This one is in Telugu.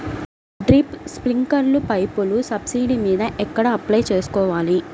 డ్రిప్, స్ప్రింకర్లు పైపులు సబ్సిడీ మీద ఎక్కడ అప్లై చేసుకోవాలి?